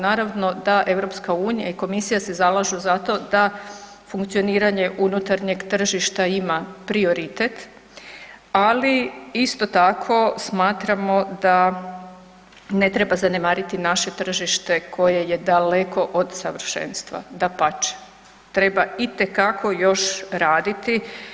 Naravno da EU i komisija se zalažu za to da funkcioniranje unutarnjeg tržišta ima prioritet, ali isto tako smatramo da ne treba zanemariti naše tržište koje je daleko od savršenstva dapače treba itekako još raditi.